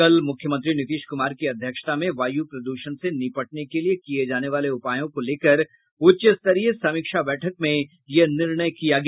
कल मुख्यमंत्री नीतीश कुमार की अध्यक्षता में वायु प्रदूषण से निपटने के लिए किये जाने वाले उपायों को लेकर उच्चस्तरीय समीक्षा बैठक में यह निर्णय लिया गया